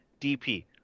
dp